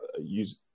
use